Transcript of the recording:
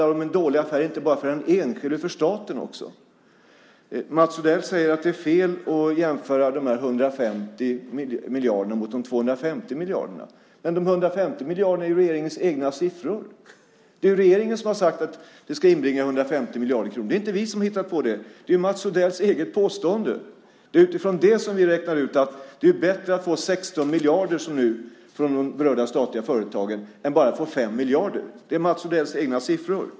Det är en dålig affär, inte bara för den enskilde, utan också för staten. Mats Odell säger att det är fel att jämföra de 150 miljarderna med de 250 miljarderna. Men 150 miljarder är ju regeringens egen siffra! Det är regeringen som har sagt att det ska inbringa 150 miljarder kronor. Det är inte vi som har hittat på det. Det är Mats Odells eget påstående. Det är utifrån det som vi räknar ut att det är bättre att få 16 miljarder som nu från de berörda statliga företagen än att bara få 5 miljarder. Det är Mats Odells egna siffror.